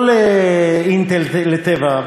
לא ל"אינטל" ול"טבע",